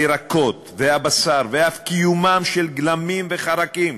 הירקות והבשר, ואף קיומם של גלמים וחרקים